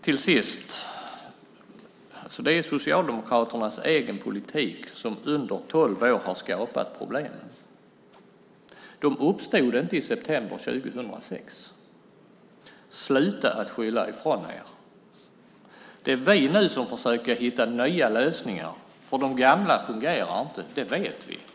Till sist vill jag säga att det är Socialdemokraternas egen politik som under tolv år har skapat problemen. De uppstod inte i september 2006. Sluta att skylla ifrån er! Det är vi som nu försöker hitta nya lösningar, för de gamla fungerar inte. Det vet vi.